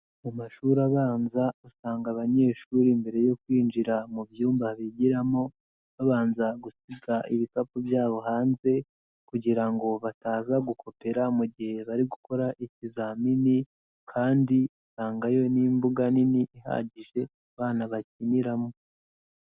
Mu mashuri abanza, usanga abanyeshuri mbere yo kwinjira mu byumba bigiramo, babanza gusiga ibikapu byabo hanze kugira ngo bataza gukopera mu gihe bari gukora ikizamini kandi usangayo n'imbuga nini ihagije, abana bakiniramo.